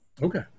Okay